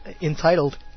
entitled